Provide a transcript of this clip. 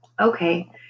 Okay